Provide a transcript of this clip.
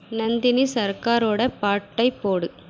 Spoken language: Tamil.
நந்தினி சர்காரோட பாட்டைப் போடு